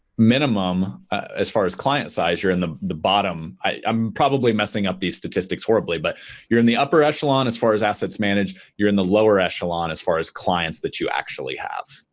minimum as far as client's size you're in the the bottom. i'm probably messing up the statistics horribly but you're in the upper echelon as far as asset manage. you're in the lower echelon as far as clients that you actually have.